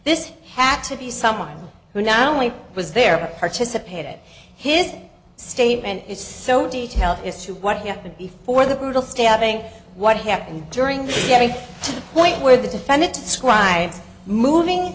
this has to be someone who not only was there participate at his statement is so detail as to what happened before the brutal stabbing what happened during the getting to the point where the defendant described moving